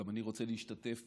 גם אני רוצה להשתתף